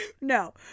no